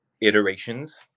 iterations